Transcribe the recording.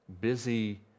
busy